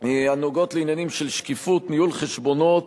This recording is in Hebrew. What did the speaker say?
הנוגעות לעניינים של שקיפות, ניהול חשבונות